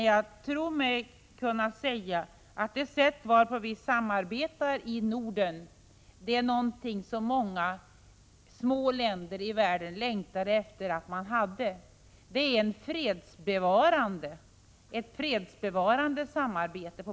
Jag tror mig kunna säga att det sätt varpå vi samarbetar i Norden är någonting som många små länder i världen längtar efter. Det är på många olika vis ett fredsbevarande samarbete.